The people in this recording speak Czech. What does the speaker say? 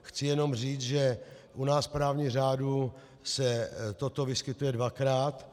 Chci jenom říct, že u nás v právním řádu se toto vyskytuje dvakrát.